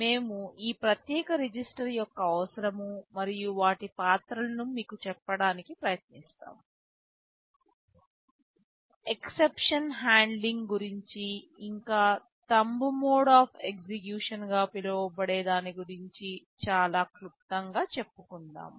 మేము ఈ ప్రత్యేక రిజిస్టర్ యొక్క అవసరం మరియు వాటి పాత్ర లను మీకు చెప్పడానికి ప్రయత్నిస్తాము ఎక్సెప్షన్ హ్యాండ్లింగ్ గురించి ఇంకా థంబ్ మోడ్ ఆఫ్ ఎగ్జిక్యూషన్ గా పిలవబడే దాని గురించి చాలా క్లుప్తంగా చెప్పుకుందాం